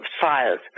files